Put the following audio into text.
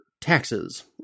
taxes